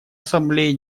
ассамблеи